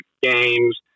Games